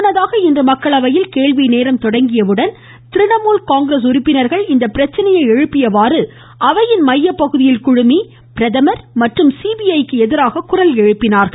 முன்னதாக இன்று மக்களயைல் கேள்வி நேரம் தொடங்கியதும் திரிணமுல் காங்கிரஸ் உறுப்பினர்கள் இப்பிரச்சனையை எழுப்பியவாறு அவையின் மையபகுதியில் குழுமி பிரதமர் மற்றும் சிபிஐக்கு எதிராக குரல் எழுப்பினார்கள்